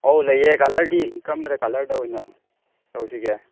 ꯑꯣ ꯂꯩꯌꯦ ꯀꯂꯔꯗꯤ ꯀꯔꯝꯕꯗ ꯀꯂꯔꯗ ꯑꯣꯏꯅ ꯇꯧꯁꯤꯒꯦ